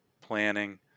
planning